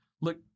look